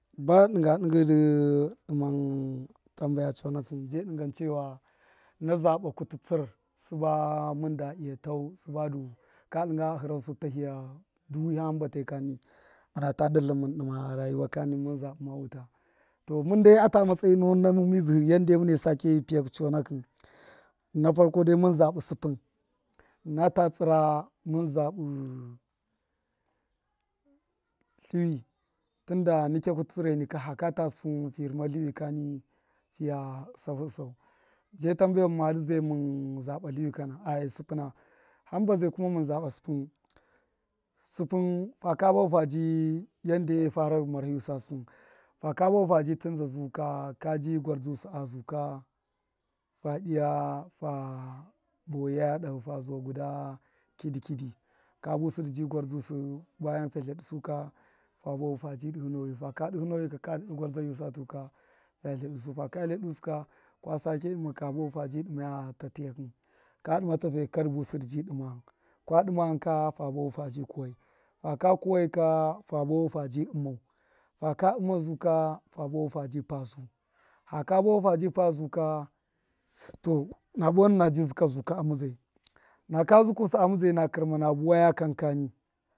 Ba dṫnga dingṫ dṫ dṫman tambaya chanakṫn je dṫngan chewa na zaba kutṫ tsṫr sṫba mun da iya tau subadu ka dṫganu a hṫran su tahiya duwṫehan hṫmbatai kani muna ta dṫ ltṫn mun dṫma rayuwa kani mun zaba wuṫi to, mun dai ata matsayi nuwun mun mizdṫhṫ yande mune sake pṫyakṫ chanakṫn na farka dai mun zabṫ sṫpṫm. nata itṫra mun zabṫ tunda nikya kutṫ tsṫreni ka haka ta sṫbṫm ha rṫma ltṫwṫ kani fiya tsafu ṫsau, je tambewan madṫ zai mun azaba ltṫwṫ kana ai sṫpṫna? Hamba zai kuma mun zaba sṫpṫn sṫpin faka bafu fabi yanda efara marahiyusa sṫpṫn, faka bafu fabi tunza zu ka, kabi gwar zdu sṫ a zu ka fa dṫya fa bai fa zuwusṫ ka fa muna ltadau fa suwusai, fa dṫmaya tatiyakṫ a dṫra dṫ nbalai su kuwakṫ fa ṫmai fa pai a dika su zṫkakṫ na buwaya kamai.